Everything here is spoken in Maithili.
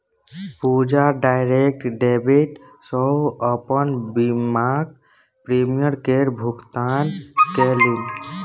पूजा डाइरैक्ट डेबिट सँ अपन बीमाक प्रीमियम केर भुगतान केलनि